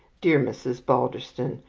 dear mrs. balderston,